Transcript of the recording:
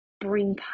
bring